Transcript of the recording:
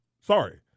Sorry